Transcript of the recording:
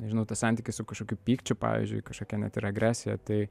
nežinau tas santykis su kažkokiu pykčiu pavyzdžiui kažkokia net ir agresija tai